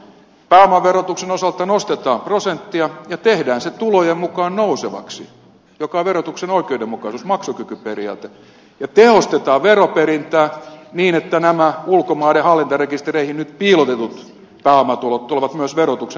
pääomaverotuksen osalta nostetaan prosenttia ja tehdään se tulojen mukaan nousevaksi mikä on verotuksen oikeudenmukaisuus maksukykyperiaate ja tehostetaan veronperintää niin että nämä ulkomaiden hallintarekistereihin nyt piilotetut pääomatulot tulevat myös verotuksen pariin